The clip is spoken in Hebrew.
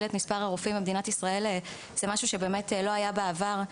את מספר הרופאים במדינת ישראל זה משהו שלא היה בעבר.